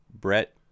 Brett